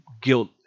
guilt